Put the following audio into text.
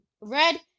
Red